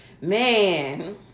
man